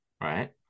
right